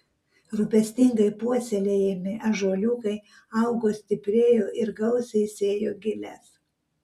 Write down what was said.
rūpestingai puoselėjami ąžuoliukai augo stiprėjo ir gausiai sėjo giles